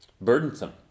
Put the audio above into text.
burdensome